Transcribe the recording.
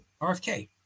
RFK